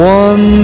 one